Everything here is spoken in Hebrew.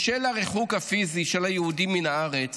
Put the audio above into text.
בשל הריחוק הפיזי של היהודים מן הארץ